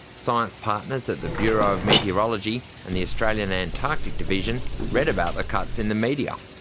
science partners at the bureau of meteorology and the australian antarctic division read about the cuts in the media.